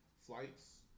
flights